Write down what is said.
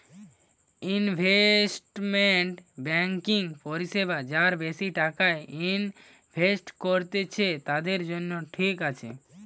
investment banking পরিষেবা যারা বেশি টাকা ইনভেস্ট করত্তিছে, তাদের জন্য ঠিক আছে